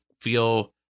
feel